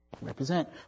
represent